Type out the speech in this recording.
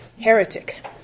Heretic